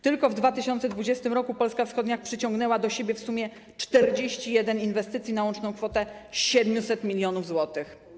Tylko w 2020 r. Polska wschodnia przyciągnęła do siebie w sumie 41 inwestycji na łączną kwotę 700 mln zł.